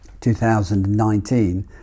2019